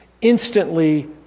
instantly